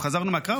חזרנו מהקרב,